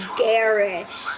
garish